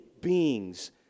beings